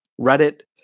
Reddit